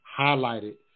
highlighted